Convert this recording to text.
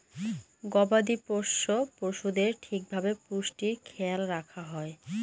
গবাদি পোষ্য পশুদের ঠিক ভাবে পুষ্টির খেয়াল রাখা হয়